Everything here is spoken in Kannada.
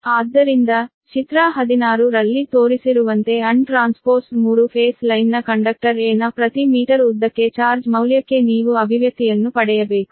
ಆದ್ದರಿಂದ ಚಿತ್ರ 16 ರಲ್ಲಿ ತೋರಿಸಿರುವಂತೆ ಅನ್ ಟ್ರಾನ್ಸ್ಪೋಸ್ಡ್ 3 ಫೇಸ್ ಲೈನ್ನ ಕಂಡಕ್ಟರ್ a ನ ಪ್ರತಿ ಮೀಟರ್ ಉದ್ದಕ್ಕೆ ಚಾರ್ಜ್ ಮೌಲ್ಯಕ್ಕೆ ನೀವು ಅಭಿವ್ಯಕ್ತಿಯನ್ನು ಪಡೆಯಬೇಕು